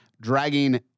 dragging